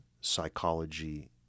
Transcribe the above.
psychology